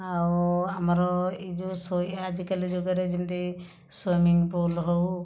ଆଉ ଆମର ଏ ଯେଉଁ ଶୋଇ ଆଜି କାଲି ଯୁଗରେ ଯେମିତି ସୁଇମିଂ ପୁଲ ହେଉ